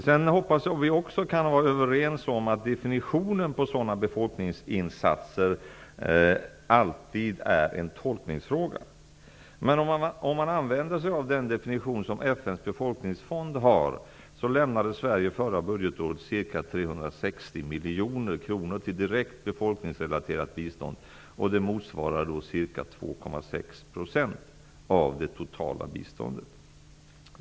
Vi kan också vara överens om att definitionen på sådana befolkningsinsatser alltid är en tolkningsfråga. Om man använder sig av den definition som FN:s befolkningsfond har, lämnade Sverige förra budgetåret ca 360 miljoner kronor till direkt befolkningsrelaterat bistånd. Det motsvarar ca 2,6 % av det totala biståndet.